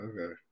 Okay